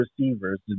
receivers